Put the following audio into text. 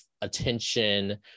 attention